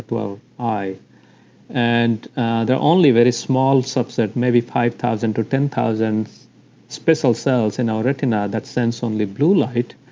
well, eye and there are only a very small subset, maybe five thousand to ten thousand special cells in our retina that sense only blue light,